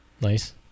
Nice